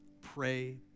Pray